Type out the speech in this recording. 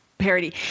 parody